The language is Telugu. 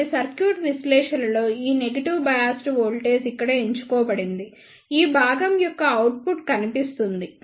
కాబట్టి సర్క్యూట్ విశ్లేషణలో ఈ నెగిటివ్ బయాస్డ్ వోల్టేజ్ ఇక్కడ ఎంచుకోబడింది ఈ భాగం యొక్క అవుట్పుట్ కనిపిస్తుంది